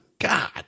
God